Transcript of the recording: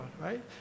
right